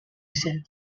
said